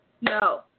No